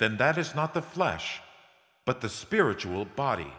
then that is not the flesh but the spiritual body